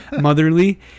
motherly